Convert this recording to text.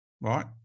Right